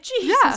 Jesus